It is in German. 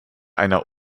einer